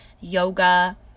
yoga